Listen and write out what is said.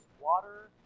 water